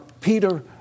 Peter